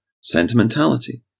Sentimentality